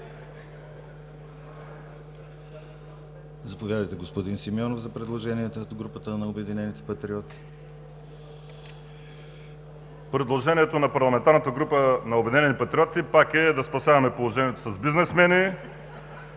Заповядайте, господин Симеонов, за предложение от групата на Обединените патриоти. ВАЛЕРИ СИМЕОНОВ (ОП): Предложението на Парламентарната група на Обединените патриоти е пак да спасяваме положението с бизнесмени